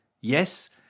Yes